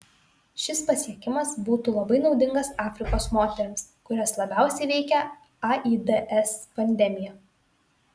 šis pasiekimas būtų labai naudingas afrikos moterims kurias labiausiai veikia aids pandemija